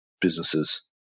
businesses